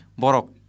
Borok